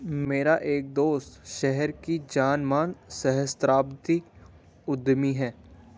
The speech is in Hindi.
मेरा एक दोस्त शहर का जाना माना सहस्त्राब्दी उद्यमी है